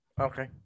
Okay